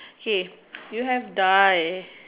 hey you have died